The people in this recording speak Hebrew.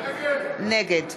נגד